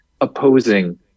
opposing